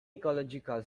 ecological